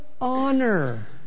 honor